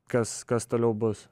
kas kas toliau bus